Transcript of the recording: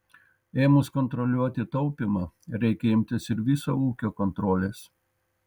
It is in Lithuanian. ėmus kontroliuoti taupymą reikia imtis ir viso ūkio kontrolės